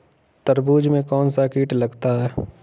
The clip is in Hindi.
तरबूज में कौनसा कीट लगता है?